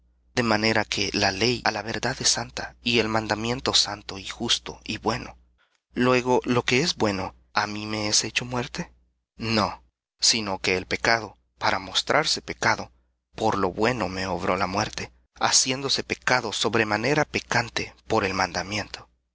de manera que la ley á la verdad es santa y el mandamiento santo y justo y bueno luego lo que es bueno á mí me es hecho muerte no sino que el pecado para mostrarse pecado por lo bueno me obró la muerte haciéndose pecado sobremanera pecante por el mandamiento